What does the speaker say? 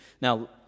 Now